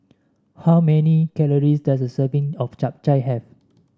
how many calories does a serving of Chap Chai have